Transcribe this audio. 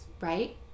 right